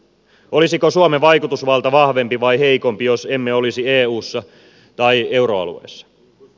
olisiko suomen vaikutusvalta vahvempi vai heikompi jos emme olisi eussa tai euroalueessa